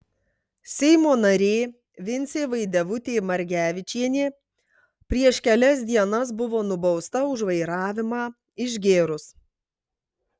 seimo narė vincė vaidevutė margevičienė prieš kelias dienas buvo nubausta už vairavimą išgėrus